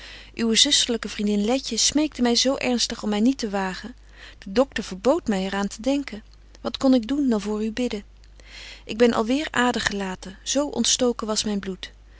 uwe zusterlyke vriendin letje smeekte my zo ernstig om my niet te wagen de doctor verboodt my er aan te denken wat kon ik doen dan voor u bidden ik ben alweêr adergelaten zo ontstoken was myn bloed